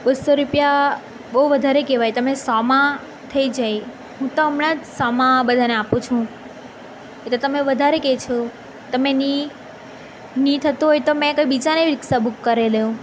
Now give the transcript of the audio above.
બસો રૂપિયા બહુ વધારે કવેવાય તમે સોમાં થઈ જાય હું તો હમણાં જ સોમાં બધાને આપું છું એતો તમે વધારે કે છો તમેની નહીં થતું હોય તો મેં કોઈ બીજાની રિક્ષા બુક કરાવી લો